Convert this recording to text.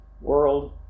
world